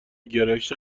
گرایش